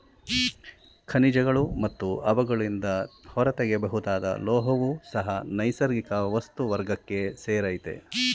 ಖನಿಜಗಳು ಮತ್ತು ಅವುಗಳಿಂದ ಹೊರತೆಗೆಯಬಹುದಾದ ಲೋಹವೂ ಸಹ ನೈಸರ್ಗಿಕ ವಸ್ತು ವರ್ಗಕ್ಕೆ ಸೇರಯ್ತೆ